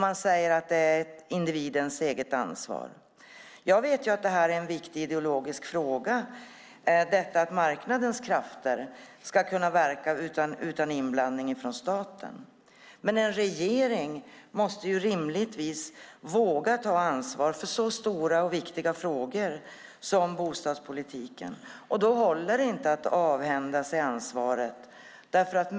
Man säger att det är individens eget ansvar. Jag vet att det är en viktig ideologisk fråga att marknadens krafter ska kunna verka utan inblandning från staten, men en regering måste rimligtvis våga ta ansvar för så stora och viktiga frågor som bostadspolitiken. Då håller det inte att avhända sig ansvaret.